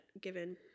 given